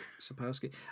Sapowski